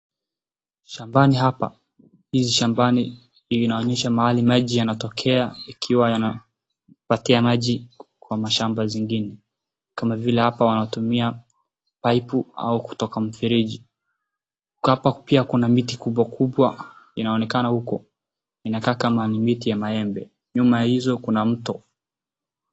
Shambani hapa hii shambani inaonyesha mahali ambayo maji yanatokea ikiwa yanapatia maji kwa shamba zingine. Kama vile hapa wanatumia paipu au kutoka mfereji hapa pia kuna miti kubwa inaonekana huku inakaa kama ni miti ya maembe. Nyuma ya hiyo kuna mito.